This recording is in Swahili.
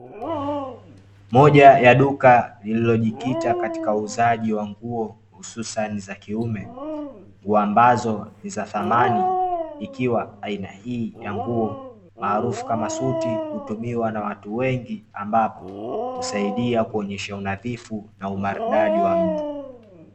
Moja ya duka lililojikita katika uuzaji wa nguo hususani za kiume, nguo ambazo ni za thamani ikiwa aina hii ya nguo maarufu kama suti hutumiwa na watu wengi, ambapo husaidia kuonyesha unadhifu na umaridadi wa mtu.